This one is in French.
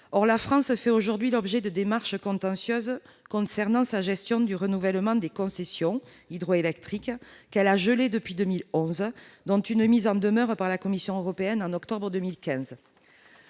Or la France fait aujourd'hui l'objet de démarches contentieuses concernant sa gestion du renouvellement des concessions hydroélectriques qu'elle a gelé depuis 2011, dont une mise en demeure par la Commission européenne en octobre 2015.